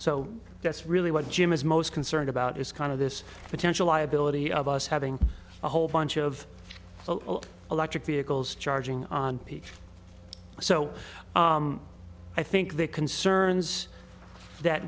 so that's really what jim is most concerned about is kind of this potential liability of us having a whole bunch of electric vehicles charging ph so i think the concerns that